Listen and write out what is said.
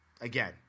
again